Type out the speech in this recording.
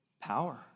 Power